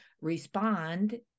respond